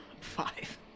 Five